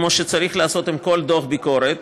כמו שצריך לעשות עם כל דוח ביקורת,